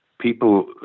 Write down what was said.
people